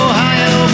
Ohio